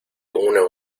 uno